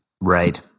Right